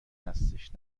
هستش